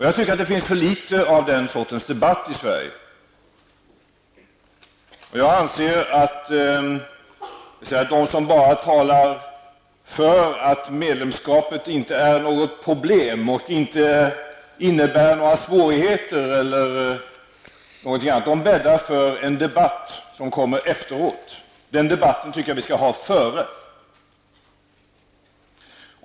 Jag tycker att det finns för litet av den sortens debatt i Jag anser att de som bara talar om medlemskapet utan något problem och menar att det inte innebär några svårigheter de bäddar för en debatt som kommer efteråt. Den debatten tycker jag vi skall ha före.